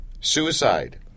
suicide